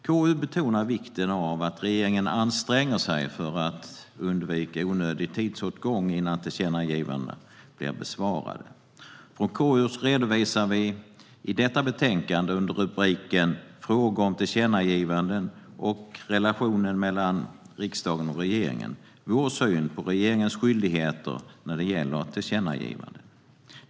KU betonar vikten av att regeringen anstränger sig för att undvika onödig tidsåtgång innan tillkännagivandena blir besvarade. KU redovisar i detta betänkande, under rubriken "Frågor om tillkännagivanden och relationen mellan riksdagen och regeringen", vår syn på regeringens skyldig-heter när det gäller tillkännagivanden.